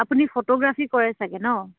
আপুনি ফটোগ্ৰাফী কৰে চাগে ন